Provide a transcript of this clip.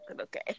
Okay